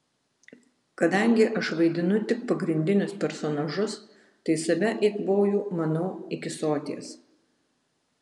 kadangi aš vaidinu tik pagrindinius personažus tai save eikvoju manau iki soties